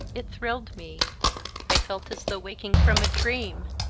it thrilled me i felt as though waking from a dream,